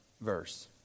verse